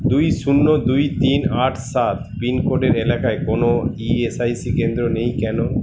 দুই শূন্য দুই তিন আট সাত পিন কোডের এলাকায় কোনো ই এস আই সি কেন্দ্র নেই কেন